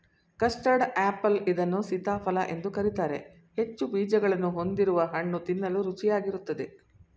custard apple ಇದನ್ನು ಸೀತಾಫಲ ಎಂದು ಕರಿತಾರೆ ಹೆಚ್ಚು ಬೀಜಗಳನ್ನು ಹೊಂದಿರುವ ಹಣ್ಣು ತಿನ್ನಲು ರುಚಿಯಾಗಿರುತ್ತದೆ